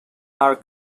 are